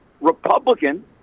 Republican